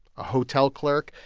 a hotel clerk,